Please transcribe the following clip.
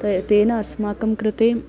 त तेन अस्माकं कृते